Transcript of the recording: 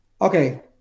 okay